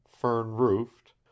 fern-roofed